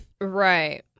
Right